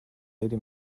lady